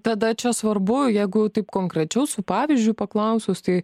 tada čia svarbu jeigu taip konkrečiau su pavyzdžiu paklausus tai